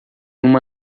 uma